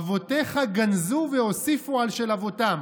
אבותיך גנזו והוסיפו על של אבותם"